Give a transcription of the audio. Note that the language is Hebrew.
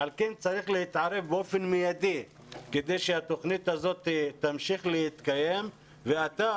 לכן צריך להתערב באופן מיידי כדי שהתוכניות האלה ימשיכו להתקיים ואתה,